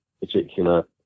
particular